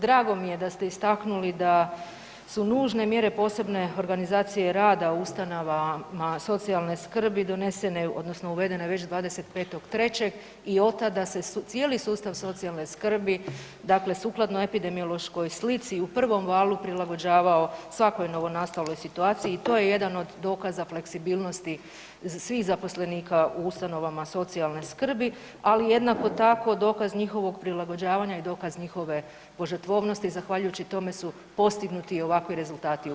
Drago mi je da ste istaknuli da su nužne mjere posebne organizacije rada u ustanovama socijalne skrbi donesene odnosno uvedene već 25.3. i otada se cijeli sustav socijalne skrbi, dakle sukladno epidemiološkoj slici u prvom valu prilagođavao svakoj novonastaloj situaciji i to je jedan od dokaza fleksibilnosti svih zaposlenika u ustanovama socijalne skrbi, ali jednako tako, dokaz njihovog prilagođavanja i dokaz njihove požrtvovnosti zahvaljujući tome su postignuti i ovakvi rezultati u prvom valu.